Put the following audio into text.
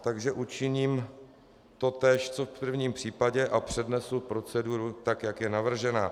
Takže učiním totéž co v prvním případě, přednesu proceduru tak, jak je navržena.